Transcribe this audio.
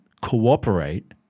cooperate